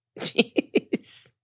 Jeez